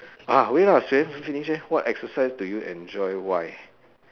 ah wait lah she haven't finish eh what exercise do you enjoy why